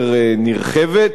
בהחלט.